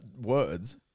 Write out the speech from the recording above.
words